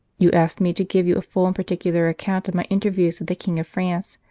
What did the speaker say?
you ask me to give you a full and particular account of my interviews with the king of france,